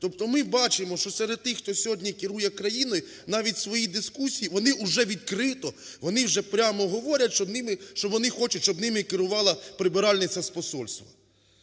Тобто ми бачимо, що серед тих, хто сьогодні керує країною, навіть у своїй дискусії вони вже відкрито, вони вже прямо говорять, що вони хочуть, щоб ними керувала прибиральниця з посольства.